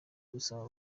gusaba